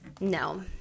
No